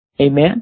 amen